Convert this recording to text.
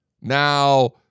Now